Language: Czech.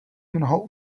mnoho